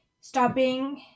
stopping